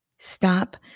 stop